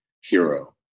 hero